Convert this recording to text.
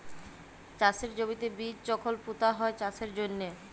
চাষের জমিতে বীজ যখল পুঁতা হ্যয় চাষের জ্যনহে